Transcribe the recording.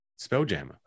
Spelljammer